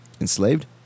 Enslaved